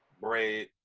bread